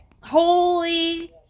Holy